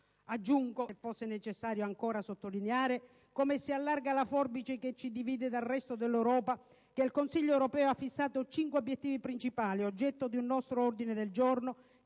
Aggiungo, se fosse necessario ancora sottolineare come si allarghi la forbice che ci divide dal resto dell'Europa, che il Consiglio europeo ha fissato cinque obiettivi principali, oggetto di un nostro ordine del giorno,